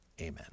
Amen